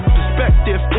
Perspective